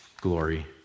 glory